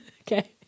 Okay